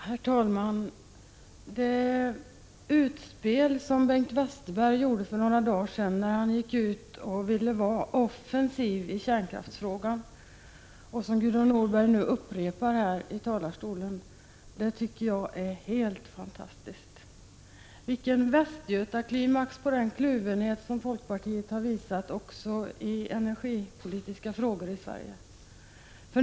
Herr talman! Det utspel som Bengt Westerberg gjorde för några dagar sedan när han ville vara offensiv i kärnkraftsfrågan och som Gudrun Norberg nu upprepar här i talarstolen är helt fantastiskt. Vilken västgötaklimax efter den kluvenhet som folkpartiet har visat också i energipolitiska frågor i Sverige!